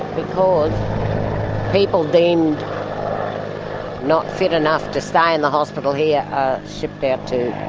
because people deemed not fit enough to stay in the hospital here are shipped out to,